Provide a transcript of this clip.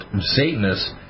Satanists